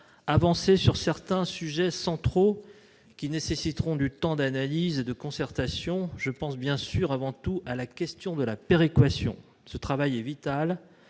avancer sur certains sujets centraux, qui nécessiteront du temps d'analyse et de concertation : je pense avant tout à la question de la péréquation. Ce travail est vital